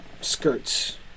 skirts